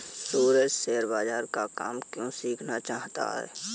सूरज share बाजार का काम क्यों सीखना चाहता है?